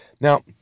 Now